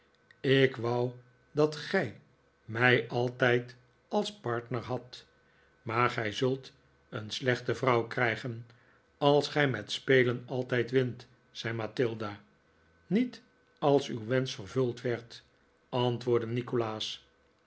ik wou dat gij mij altijd als partner hadt maar gij zult een slechte vrouw krijgen als gij met spelen altijd wint zei mathilda niet als uw wensch vervuld werd antwoordde nikolaas